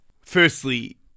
Firstly